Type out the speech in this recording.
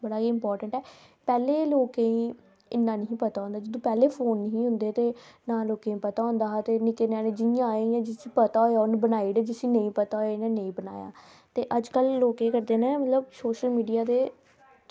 बड़ा ई इंपोर्टेंट ऐ पैह्लें दे लोकें ई इन्ना निहां पता के पैह्लें फोन निं हे होंदे ते ना लोकें गी पता होंदा हा ते जियां आए ते जिसी पता होऐ उन्ने बनाई ओड़े जिसी नेईं पता होऐ उन्ने नेईं बनाए ते लोक अज्जकल केह् करदे न लोक सोशल मीडिया दे